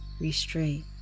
Restraint